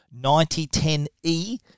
9010e